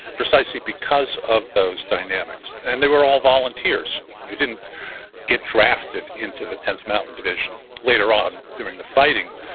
precisely because of those dynamics. and they were all volunteers. you didn't get drafted into the tenth mountain division. later on, during the fighting,